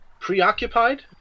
Preoccupied